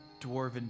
dwarven